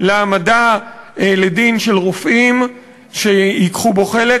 להעמדה לדין של רופאים שייקחו בו חלק,